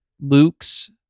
Luke's